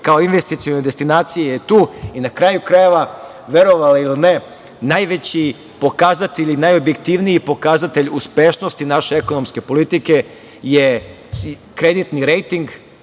kao investicione destinacije je tu i, na kraju krajeva, verovali ili ne, najveći pokazatelj i najobjektivniji pokazatelj uspešnosti naše ekonomske politike je kreditni rejting,